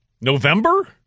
November